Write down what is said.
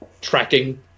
tracking